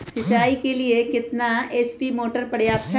सिंचाई के लिए कितना एच.पी मोटर पर्याप्त है?